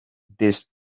this